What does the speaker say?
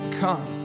Come